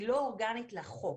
היא לא אורגנית לחוק,